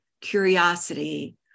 curiosity